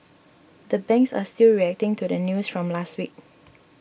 the banks are still reacting to the news from last week